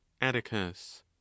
Atticus